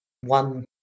one